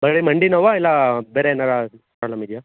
ಬರಿ ಮಂಡಿ ನೋವಾ ಇಲ್ಲ ಬೇರೆ ಏನಾರು ಪ್ರಾಬ್ಲಮ್ ಇದೆಯಾ